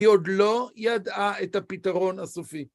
היא עוד לא ידעה את הפתרון הסופי.